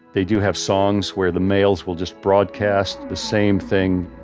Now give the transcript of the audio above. they do have songs where the males will just broadcast the same thing.